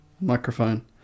Microphone